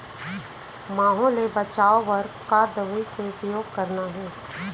माहो ले बचाओ बर का दवई के उपयोग करना हे?